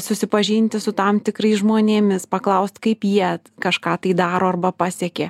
susipažinti su tam tikrais žmonėmis paklaust kaip jie kažką tai daro arba pasiekė